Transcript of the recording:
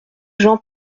jean